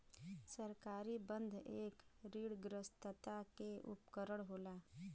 सरकारी बन्ध एक ऋणग्रस्तता के उपकरण होला